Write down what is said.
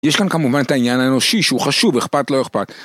יש כאן כמובן את העניין האנושי שהוא חשוב, אכפת לא אכפת.